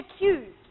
accused